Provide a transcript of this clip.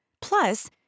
Plus